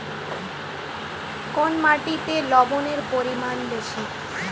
কোন মাটিতে লবণের পরিমাণ বেশি?